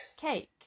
cake